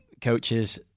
coaches